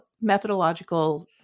methodological